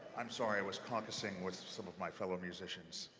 i'm sorry. i was caucusing with some of my fellow musicians.